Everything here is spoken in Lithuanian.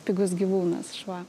pigus gyvūnas šuo